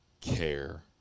care